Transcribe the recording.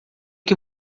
que